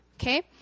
okay